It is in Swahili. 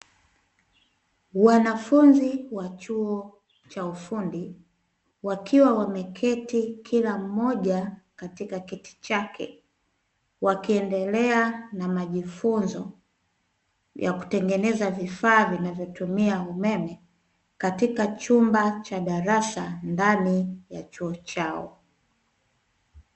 Wanafunzi wa chuo cha ufundi, wakiwa wameketi kila mmoja katika kiti chake, wakiendelea na mafunzo yakutengeneza vifaa vinavyotumia umeme katika chumba cha darasa ndani ya chuo chao.